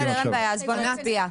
בסדר, אין בעיה, אז בוא נצביע.